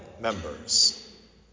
members